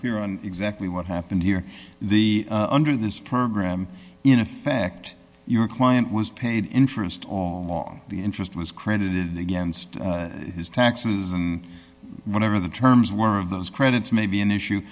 clear on exactly what happened here the under this program in effect your client was paid interest on long the interest was credited against his taxes and whatever the terms were of those credits may be an issue